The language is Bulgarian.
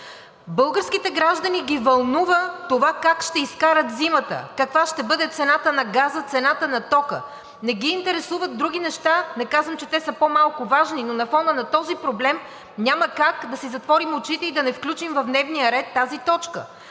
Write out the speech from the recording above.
Българските граждани ги вълнува това как ще изкарат зимата, каква ще бъде цената на газа, цената на тока. Не ги интересуват други неща. Не казвам, че те са по-малко важни, но на фона на този проблем няма как да си затворим очите и да не включим в дневния ред тази точка.